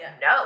no